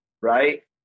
right